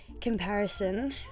comparison